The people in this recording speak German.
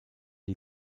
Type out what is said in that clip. die